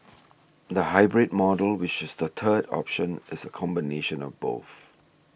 the hybrid model which is the third option is a combination of both